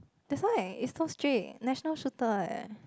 that's why it's so strict national shooter eh